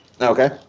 Okay